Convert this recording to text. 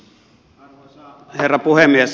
arvoisa herra puhemies